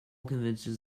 convinces